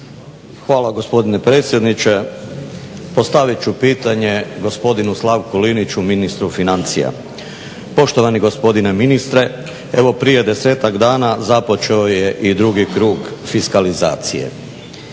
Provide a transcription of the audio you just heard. Hvala gospodine predsjedniče. Postavit ću pitanje gospodinu Slavku Liniću, ministru financija. Poštovani gospodine ministre, evo prije 10-tak dana započeo je i drugi krug fiskalizacije.